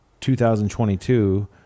2022